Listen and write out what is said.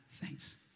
Thanks